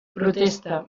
protesta